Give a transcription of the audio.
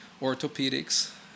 orthopedics